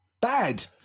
Bad